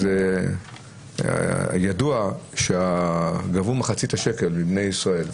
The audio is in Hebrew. אז ידוע שגבו מחצית השקל מבני ישראל.